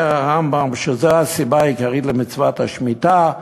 אומר הרמב"ם, זו הסיבה העיקרית למצוות השמיטה,